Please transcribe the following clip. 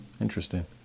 interesting